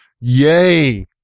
yay